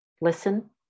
listen